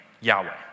Yahweh